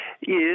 Yes